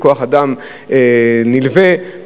בכוח-אדם נלווה,